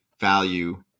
value